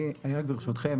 ברשותכם,